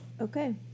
Okay